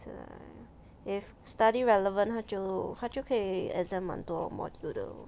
是 lah if study relevant 他就他就可以 exempt 蛮多 module 的